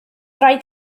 rhaid